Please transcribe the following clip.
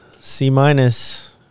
C-minus